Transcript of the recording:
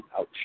Ouch